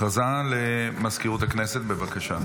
הכרזה למזכירות הכנסת, בבקשה.